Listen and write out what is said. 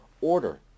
order